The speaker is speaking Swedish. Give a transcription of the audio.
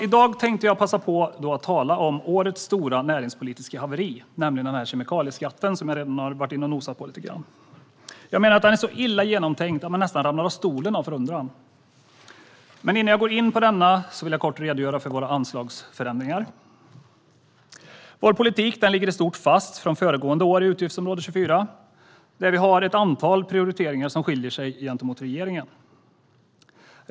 I dag tänkte jag passa på att tala om årets stora näringspolitiska haveri, nämligen kemikaliskatten som jag redan har varit inne och nosat på lite grann. Jag menar att den är så illa genomtänkt att man nästan ramlar av stolen av förundran. Men innan jag går in på den vill jag kort redogöra för våra anslagsförändringar. Vår politik ligger i stort fast från föregående år på utgiftsområde 24, där vi har ett antal prioriteringar som skiljer sig gentemot regeringens.